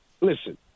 Listen